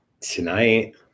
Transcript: tonight